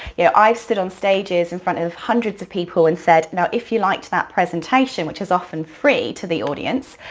yeah, i've stood on stages in front of hundreds of people and said, now if you liked that presentation, which is often free to the audience,